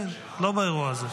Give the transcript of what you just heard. לא באירוע הזה.